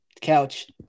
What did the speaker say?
couch